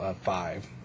five